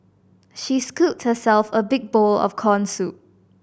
she scooped herself a big bowl of corn soup